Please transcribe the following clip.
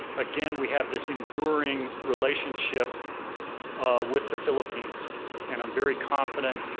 again we have this enduring relationship with the philippines and i'm very confident